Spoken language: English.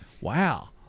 Wow